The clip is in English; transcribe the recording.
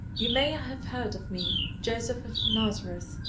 you may have heard of me joseph of nazareth.